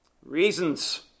Reasons